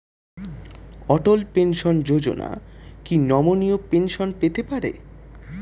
অটল pension Yojana কি নমনীয় pension পেতে পারে?